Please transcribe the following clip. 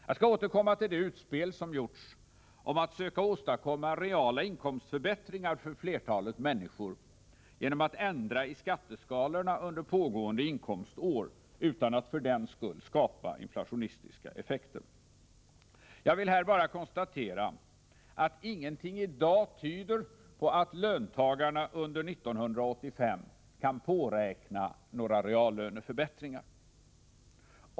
Jag skall återkomma till det utspel som gjorts om att söka åstadkomma reala inkomstförbättringar för flertalet människor genom att ändra i skatteskalorna under pågående inkomstår utan att för den skull skapa inflationistiska effekter. Jag vill här bara konstatera, att ingenting i dag tyder på att löntagarna under 1985 kan påräkna några reallöneförbättringar.